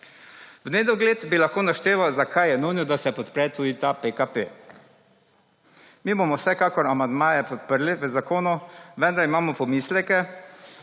V nedogled bi lahko našteval zakaj je nujno, da se podre tudi ta PKP. Mi bomo vsekakor amandmaje podprli v zakonu, vendar imamo pomisleke